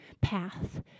path